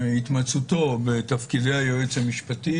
התמצאותו בתפקידי היועץ המשפטי,